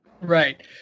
Right